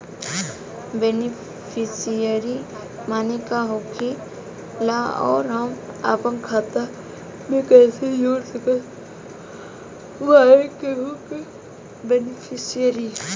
Beneficiary माने का होखेला और हम आपन खाता मे कैसे जोड़ सकत बानी केहु के बेनीफिसियरी?